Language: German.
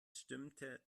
stimmte